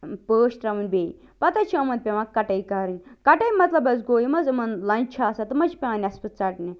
ٲں پٲشۍ ترٛاوٕنۍ بیٚیہِ پتہٕ حظ چھِ یِمن پیٚوان کٹٲے کَرٕنۍ کٹٲے مطلب حظ گوٚو یِم حظ یِمن لنٛجہِ چھِ آسان تِم حظ چھِ پیٚوان نیٚصفہٕ ژَٹنہِ